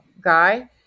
guy